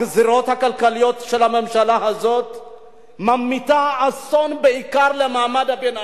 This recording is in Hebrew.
הגזירות הכלכליות של הממשלה הזאת ממיטות אסון בעיקר על מעמד הביניים.